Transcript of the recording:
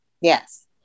Yes